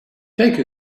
take